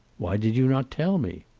why did you not tell me?